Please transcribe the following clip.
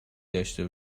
داشته